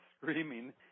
screaming